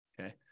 Okay